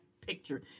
picture